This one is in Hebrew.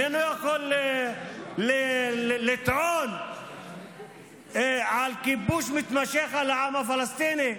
איננו יכול לטעון על כיבוש מתמשך של העם הפלסטיני.